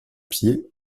pied